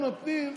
נותנים,